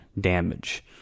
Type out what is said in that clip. damage